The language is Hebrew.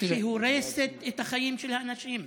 שהורסת את החיים של האנשים.